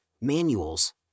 manuals